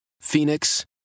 Phoenix